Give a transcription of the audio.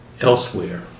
elsewhere